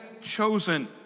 chosen